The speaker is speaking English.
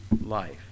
life